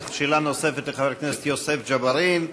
שאלה נוספת לחבר הכנסת יוסף ג'בארין,